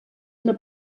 una